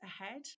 ahead